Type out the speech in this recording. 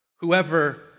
whoever